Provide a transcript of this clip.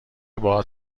باهات